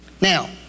Now